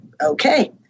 okay